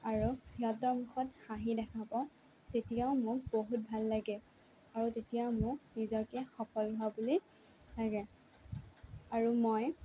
আৰু সিহঁতৰ মুখত হাঁহি দেখা পাওঁ তেতিয়া মোৰ বহুত ভাল লাগে আৰু তেতিয়া মোক নিজকে সফল হোৱা বুলি লাগে আৰু মই